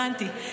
הבנתי.